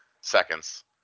seconds